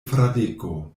fradeko